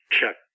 Chuck